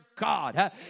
God